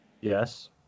Yes